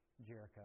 Jericho